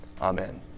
Amen